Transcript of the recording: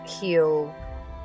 heal